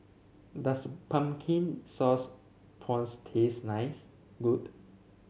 does Pumpkin Sauce Prawns taste nice